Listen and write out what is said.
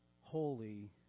holy